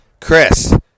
Chris